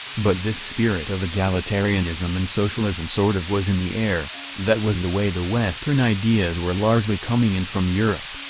but this spirit of egalitarianism and socialism sort of was in the air, that was the way the western ideas were largely coming in from europe.